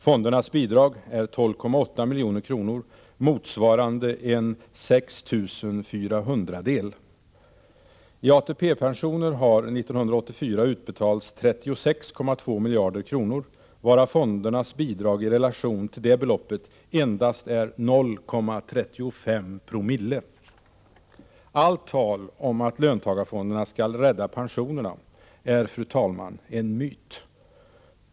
Fondernas bidrag är 12,8 milj.kr., motsvarande en sextusenfyrahundradel. I ATP pensioner har 1984 utbetalts 36,2 miljarder kronor, varav fondernas bidrag i relation till det beloppet endast är 0,35 Zo! Allt tal om att löntagarfonderna skall rädda pensionerna, är, fru talman, en myt!